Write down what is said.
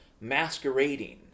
masquerading